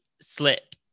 slip